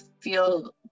feel